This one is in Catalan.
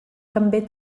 també